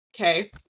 Okay